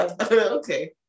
Okay